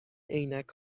عینک